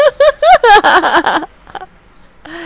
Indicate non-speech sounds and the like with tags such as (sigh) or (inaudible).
(laughs)